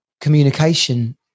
Communication